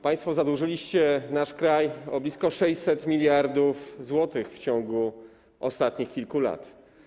Państwo zadłużyliście nasz kraj na blisko 600 mld zł w ciągu ostatnich kilku lat.